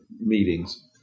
meetings